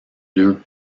deux